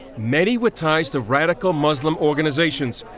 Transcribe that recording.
many with ties to radical muslim organizations,